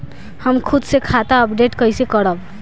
हम खुद से खाता अपडेट कइसे करब?